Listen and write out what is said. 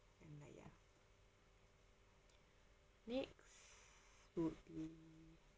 and like ya next would be